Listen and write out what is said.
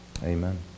amen